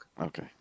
Okay